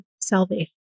salvation